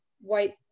white